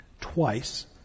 twice